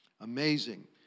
amazing